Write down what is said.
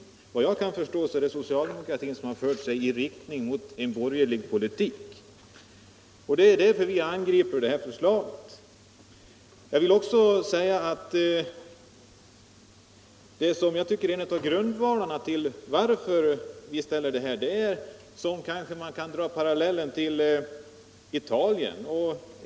Efter vad jag kan förstå är det socialdemokratin som har gått i riktning mot en borgerlig politik. Det är därför vi angriper det här förslaget. När det gäller en av grundvalarna för vårt ställningstagande kan man kanske dra parallellen till Italien.